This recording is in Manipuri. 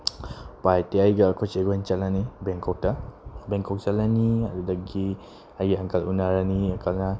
ꯎꯄꯥꯏ ꯂꯩꯇꯦ ꯑꯩꯒ ꯑꯩꯈꯣꯏ ꯆꯦꯒ ꯑꯣꯏꯅ ꯆꯠꯂꯅꯤ ꯕꯦꯡꯀꯣꯛꯇ ꯕꯦꯡꯀꯣꯛ ꯆꯠꯂꯅꯤ ꯑꯗꯨꯗꯒꯤ ꯑꯩꯒꯤ ꯑꯪꯀꯜ ꯎꯅꯔꯅꯤ ꯑꯪꯀꯜꯅ